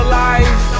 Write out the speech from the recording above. life